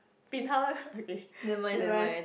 bin hao okay bye bye